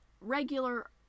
regular